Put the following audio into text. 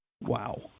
Wow